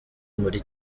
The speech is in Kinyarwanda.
muri